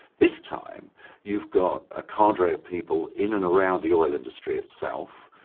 this time you've got a cadre of people in and around the oil industry itself,